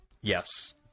Yes